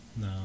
No